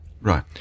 Right